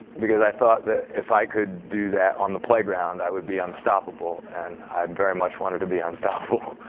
because i thought that if i could do that on the playground, i would be unstoppable. and i very much wanted to be unstoppable.